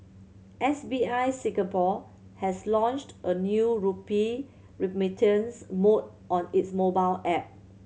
S B I Singapore has launched a new rupee remittance mode on its mobile app